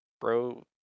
Bro